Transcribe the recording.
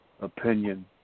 opinion